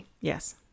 Yes